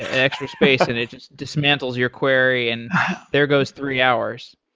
actual space and it just dismantles your query and there goes three hours